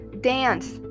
Dance